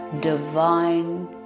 Divine